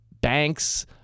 banks